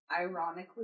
ironically